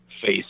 face